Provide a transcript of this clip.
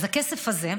אז הכסף הזה,